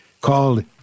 called